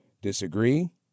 Disagree